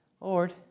Lord